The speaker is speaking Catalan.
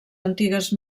antigues